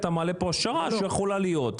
אתה מעלה פה השערה על דבר שיכול להיות.